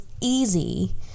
easy